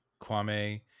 Kwame